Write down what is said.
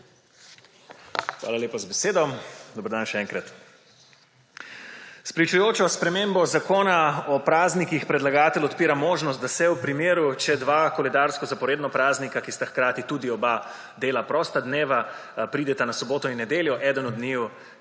Hvala lepa za besedo. Dober dan, še enkrat! S pričujočo spremembo Zakona o praznikih predlagatelj odpira možnost, da se v primeru, če dva koledarska zaporedna praznika, ki sta hkrati tudi oba dela prosta dneva, prideta na soboto in nedeljo, eden od njiju,